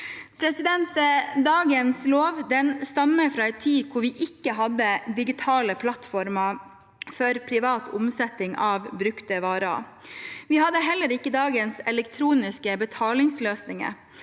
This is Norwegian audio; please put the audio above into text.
Dagens lov stammer fra en tid der vi ikke hadde digitale plattformer for privat omsetning av brukte varer. Vi hadde heller ikke dagens elektroniske betalingsløsninger.